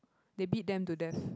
they beat them to deaths